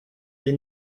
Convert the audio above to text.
les